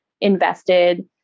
invested